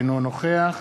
אינו נוכח